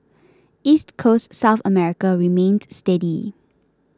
East Coast South America remained steady